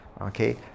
Okay